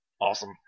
Awesome